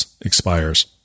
expires